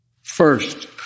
First